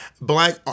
black